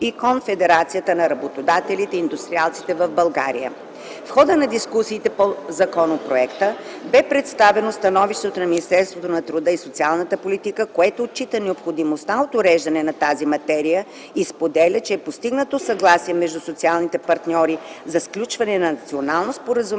и Конфедерацията на работодателите и индустриалците в България. В хода на дискусиите по законопроекта бе представено становището на Министерството на труда и социалната политика, което отчита необходимостта от уреждане на тази материя и споделя, че е постигнато съгласие между социалните партньори за сключване на национално споразумение